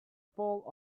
pole